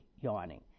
yawning